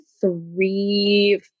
three